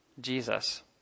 Jesus